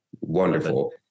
Wonderful